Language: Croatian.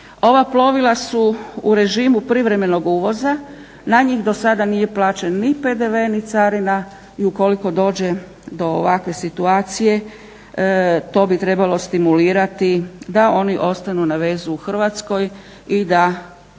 Ova plovila su u režimu privremenog uvoza. Na njih do sada nije plaćen ni PDV, ni carina. I ukoliko dođe do ovakve situacije to bi trebalo stimulirati da oni ostanu na vezu u Hrvatskoj i da